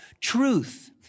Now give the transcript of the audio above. truth